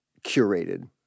curated